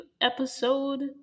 episode